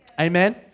Amen